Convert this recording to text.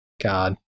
God